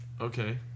Okay